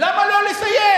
למה לו לסיים?